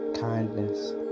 kindness